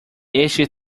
este